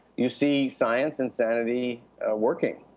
you see science and sanity working.